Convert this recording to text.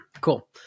Cool